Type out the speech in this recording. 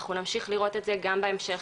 אנחנו נמשיך לראות את זה גם בהמשך,